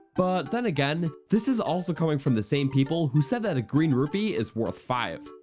but then again, this is also coming from the same people who said that a green rupee is worth five.